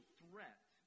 threat